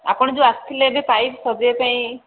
ଆପଣ ଯେଉଁ ଆସିଥିଲେ ଏବେ ପାଇପ୍ ସଜାଇବା ପାଇଁ